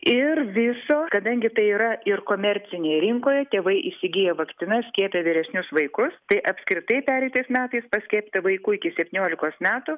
ir viso kadangi tai yra ir komercinėj rinkoje tėvai įsigiję vakcinas skiepija vyresnius vaikus tai apskritai pereitais metais paskiepyta vaikų iki septyniolikos metų